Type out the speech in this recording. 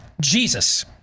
Jesus